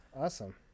Awesome